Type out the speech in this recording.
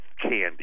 candy